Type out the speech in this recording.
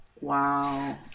Wow